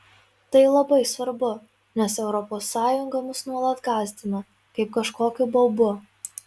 tai labai svarbu nes europos sąjunga mus nuolat gąsdina kaip kažkokiu baubu